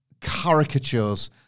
caricatures